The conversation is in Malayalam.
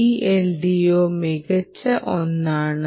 ഈ LDO മികച്ച ഒന്നാണ്